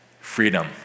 freedom